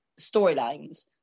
storylines